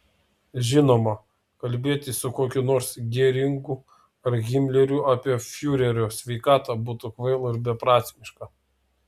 žinoma kalbėti su kokiu nors geringu ar himleriu apie fiurerio sveikatą būtų kvaila ir beprasmiška